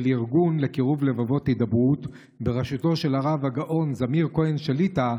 של הארגון לקירוב לבבות הידברות בראשותו של הרב הגאון זמיר כהן שליט"א,